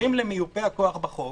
אומרים למיופה הכוח בחוק